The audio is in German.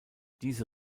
diese